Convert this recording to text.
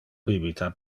bibita